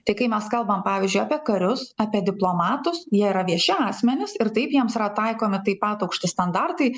tai kai mes kalbam pavyzdžiui apie karius apie diplomatus jie yra vieši asmenys ir taip jiems yra taikomi taip pat aukšti standartai